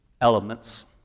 elements